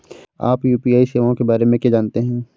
आप यू.पी.आई सेवाओं के बारे में क्या जानते हैं?